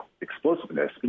explosiveness